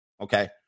Okay